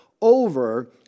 over